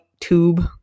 tube